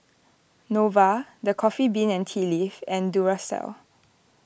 Nova the Coffee Bean and Tea Leaf and Duracell